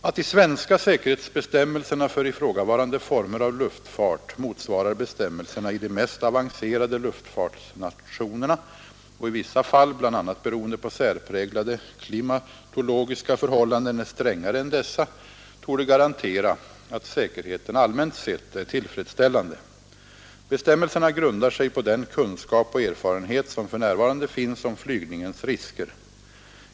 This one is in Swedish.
Att de svenska säkerhetsbestämmelserna för ifrågavarande former av luftfart motsvarar bestämmelserna i de mest avancerade luftfartsnationerna och i vissa fall, bl.a. beroende på särpräglade klimatologiska förhållanden, är strängare än dessa torde garantera att säkerheten allmänt sett är tillfredsställande. Bestämmelserna grundar sig på den kunskap och erfarenhet som för närvarande finns om flygningens risker.